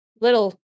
little